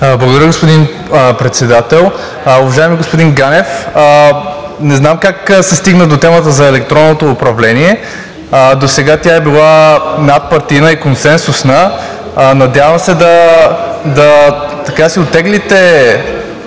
Благодаря, господин Председател. Уважаеми господин Ганев, не знам как се стигна до темата за електронното управление. Досега тя е била надпартийна и консенсусна. Надявам се да си оттеглите